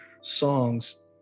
songs